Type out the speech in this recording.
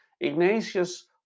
Ignatius